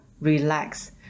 relax